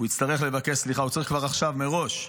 הוא יצטרך לבקש סליחה, הוא צריך כבר עכשיו, מראש,